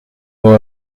mot